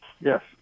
yes